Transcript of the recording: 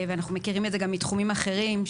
ואנחנו מכירים את זה גם מתחומים אחרים,